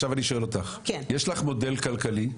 עכשיו אני שואל אותך, יש לך מודל כלכלית?